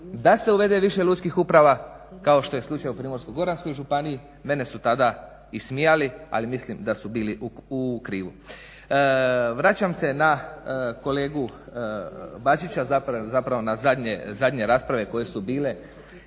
da se uvede više lučkih uprava kao što je slučaj u Primorsko-goranskoj županiji mene su tada ismijali, ali mislim da su bili u krivu. Vraćam se na kolegu Bačića, zapravo na zadnje rasprave koje su bile